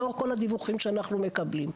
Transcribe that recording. לאור כל הדיווחים שאנחנו מקבלים.